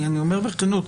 אני אומר בכנות,